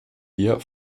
wir